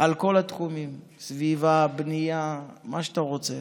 על כל התחומים: סביבה, בנייה, מה שאתה רוצה.